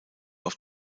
auf